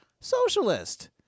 socialist